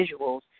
visuals